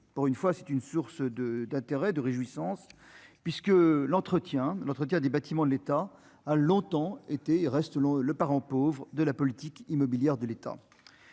pour une fois, c'est une source de d'intérêt de réjouissance puisque l'entretien l'entretien des bâtiments de l'État a longtemps été et reste le parent pauvre de la politique immobilière de l'État,